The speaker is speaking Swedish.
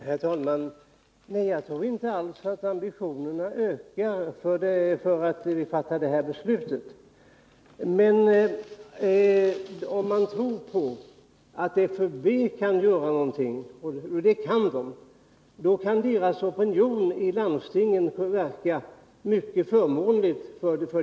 Herr talman! Nej, jag tror inte alls att ambitionerna ökar genom att vi fattar detta beslut, men det finns anledning att tro att opinionen för FUB inom landstingen kan verka till mycket stor fördel för dem som förbundet arbetar för.